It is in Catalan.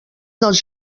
dels